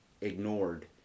ignored